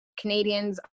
Canadians